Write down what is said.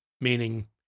meaning